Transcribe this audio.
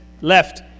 left